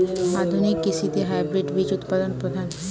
আধুনিক কৃষিতে হাইব্রিড বীজ উৎপাদন প্রধান